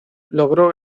logró